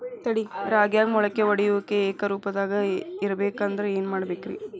ರಾಗ್ಯಾಗ ಮೊಳಕೆ ಒಡೆಯುವಿಕೆ ಏಕರೂಪದಾಗ ಇರಬೇಕ ಅಂದ್ರ ಏನು ಮಾಡಬೇಕ್ರಿ?